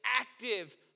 active